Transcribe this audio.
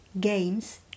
games